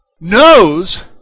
knows